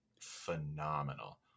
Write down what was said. phenomenal